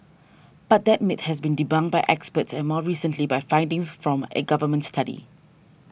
but that myth has been debunked by experts and more recently by findings from a Government study